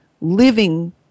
living